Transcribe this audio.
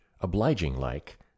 obliging-like